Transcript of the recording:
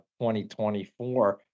2024